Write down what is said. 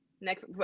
Next